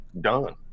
done